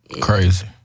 Crazy